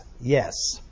yes